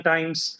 Times